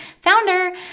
founder